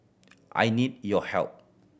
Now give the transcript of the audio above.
I need your help